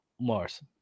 Mars